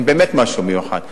הם באמת משהו מיוחד,